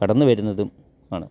കടന്ന് വരുന്നതും ആണ്